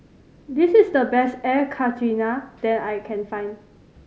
this is the best Air Karthira that I can find